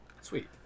Sweet